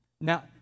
now